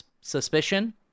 suspicion